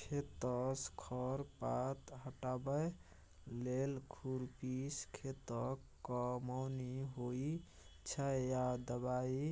खेतसँ खर पात हटाबै लेल खुरपीसँ खेतक कमौनी होइ छै या दबाइ